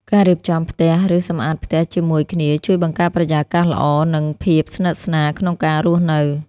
ការរៀបចំផ្ទះ ឬសម្អាតផ្ទះជាមួយគ្នាជួយបង្កើតបរិយាកាសល្អ និងភាពស្និទ្ធស្នាលក្នុងការរស់នៅ។